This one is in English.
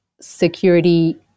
security